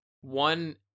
one